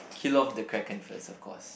kill off the Kraken first of course